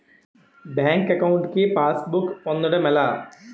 Bank account కి passbook పొందడం ఎలా?